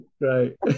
right